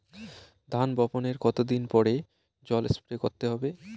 ধান বপনের কতদিন পরে জল স্প্রে করতে হবে?